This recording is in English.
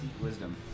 Wisdom